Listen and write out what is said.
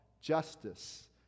justice